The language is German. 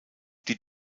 die